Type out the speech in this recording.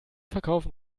verkaufen